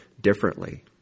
differently